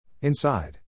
Inside